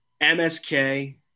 MSK